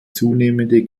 zunehmende